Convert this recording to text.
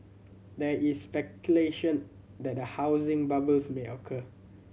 there is speculation that a housing bubbles may occur